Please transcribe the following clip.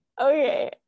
okay